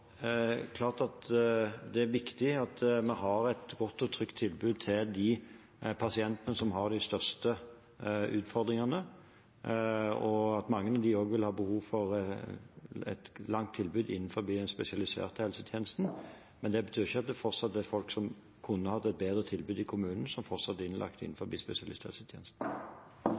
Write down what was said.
klart at det er viktig at vi har et godt og trygt tilbud til de pasientene som har de største utfordringene, og at mange av dem vil ha behov for et langvarig tilbud innenfor den spesialiserte helsetjenesten, men det betyr ikke at det fortsatt er folk som kunne hatt et bedre tilbud i kommunen, som er innlagt innen spesialisthelsetjenesten.